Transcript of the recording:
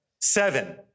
Seven